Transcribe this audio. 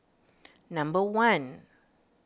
number one